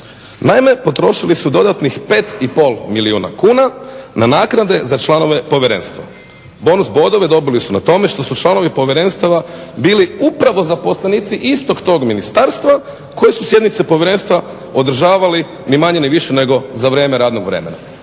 Naime, potrošili su dodatnih 5,5 milijuna kuna na nagrade za članove povjerenstva. Bonus bodove dobili su na tome što su članovi povjerenstava bili upravo zaposlenici istog tog ministarstva koji su sjednice povjerenstva održavali ni manje ni više nego za vrijeme radnog vremena.